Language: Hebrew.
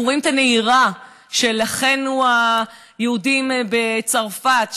אנחנו רואים את הנהירה של אחינו היהודים בצרפת,